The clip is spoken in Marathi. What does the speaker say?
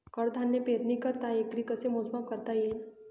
कडधान्य पेरणीकरिता एकरी कसे मोजमाप करता येईल?